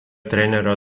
trenerio